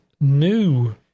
new